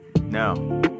No